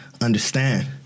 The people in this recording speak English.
understand